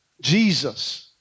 Jesus